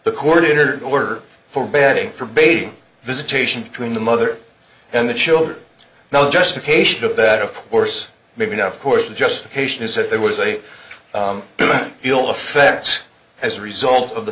the coordinator order for bedding for baby visitation between the mother and the children no justification of that of course maybe now for course the justification is that there was a good deal of effect as a result of the